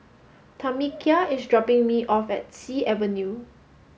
Tamekia is dropping me off at Sea Avenue